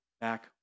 back